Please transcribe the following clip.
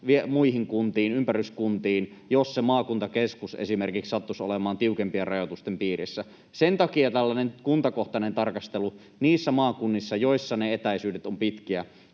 muihin kuntiin, ympäryskuntiin, jos se maakuntakeskus esimerkiksi sattuisi olemaan tiukempien rajoitusten piirissä. Sen takia tällainen kuntakohtainen tarkastelu niissä maakunnissa, joissa etäisyydet ovat pitkiä,